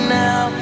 now